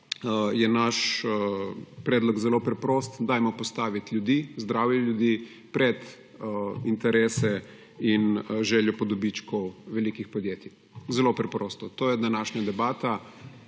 je naš predlog zelo preprost: postavimo ljudi, zdravje ljudi pred interese in željo po dobičku velikih podjetij. Zelo preprosto, to je današnja debata,